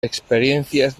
experiencias